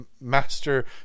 master